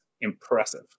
impressive